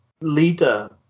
leader